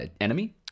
Enemy